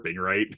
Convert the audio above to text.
right